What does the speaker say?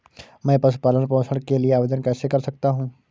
मैं पशु पालन पोषण के लिए आवेदन कैसे कर सकता हूँ?